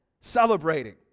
celebrating